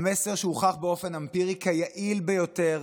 המסר שהוכח באופן אמפירי כיעיל ביותר